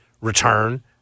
return